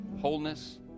wholeness